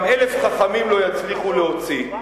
גם אלף חכמים לא יצליחו להוציא.